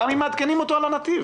גם אם מעדכנים אותו על הנתיב.